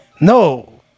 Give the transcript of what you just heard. No